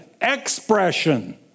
Expression